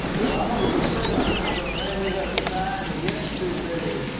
well, welcome to the seven hundred club. man, we had a time yesterday.